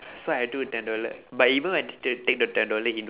so I took a ten dollar but even when I t~ take the ten dollar he noticed